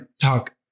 talk